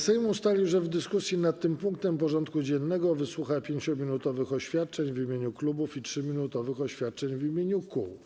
Sejm ustalił, że w dyskusji nad tym punktem porządku dziennego wysłucha 5-minutowych oświadczeń w imieniu klubów i 3-minutowych oświadczeń w imieniu kół.